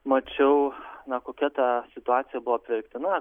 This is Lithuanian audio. mačiau na kokia ta situacija buvo apverktina